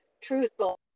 truthful